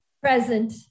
Present